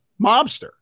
mobster